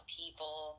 people